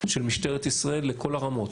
של משטרת ישראל לכל הרמות,